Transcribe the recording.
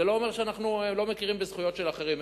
זה לא אומר שאנחנו לא מכירים בזכויות של אחרים,